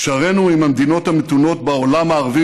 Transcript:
קשרינו עם המדינות המתונות בעולם הערבי